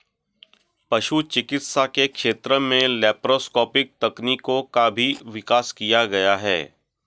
पशु चिकित्सा के क्षेत्र में लैप्रोस्कोपिक तकनीकों का भी विकास किया गया है